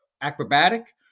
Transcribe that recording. acrobatic